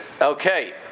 Okay